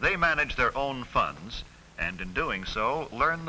they manage their own funds and in doing so learn the